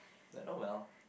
that oh well